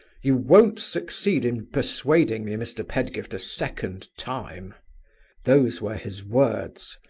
you won't succeed in persuading me, mr. pedgift, a second time those were his words.